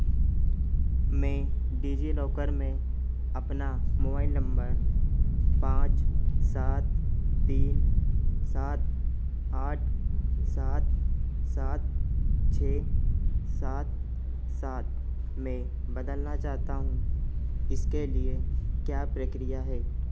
मैं डिजिलॉकर में अपना मोबाइल नंबर पाँच सात तीन सात आठ सात सात छः सात सात में बदलना चाहता हूँ इसके लिए क्या प्रक्रिया है